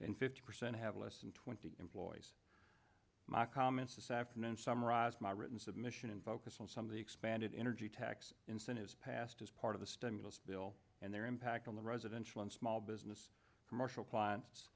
and fifty percent have less than twenty employees my comments this afternoon summarize my written submission and focus on some of the expanded energy tax incentives passed as part of the stimulus bill and their impact on the residential and small business commercial clients